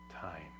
time